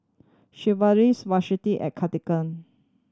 Sigvaris Vaselin and Cartigain